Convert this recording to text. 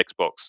xbox